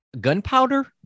Gunpowder